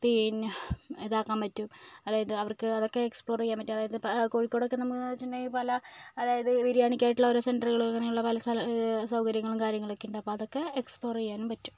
പിന്നെ ഇതാക്കാൻ പറ്റും അതായത് അവർക്ക് അതൊക്കെ എക്സ്പ്ലോർ ചെയ്യാൻ പറ്റും അതായത് ഇപ്പം കോഴിക്കോട് ഒക്കെ നമുക്ക് എന്ന് വെച്ചിട്ടുണ്ടെങ്കിൽ പല അതായത് ബിരിയാണിക്കായിട്ടുള്ള ഓരോ സെൻറ്ററുകൾ അങ്ങനെ ഉള്ള പല സൗകര്യങ്ങളും കാര്യങ്ങളും ഒക്കെ ഉണ്ട് അതൊക്കെ എക്സ്പ്ലോർ ചെയ്യാനും പറ്റും